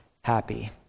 happy